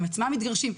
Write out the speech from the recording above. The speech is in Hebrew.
הם עצמם מתגרשים,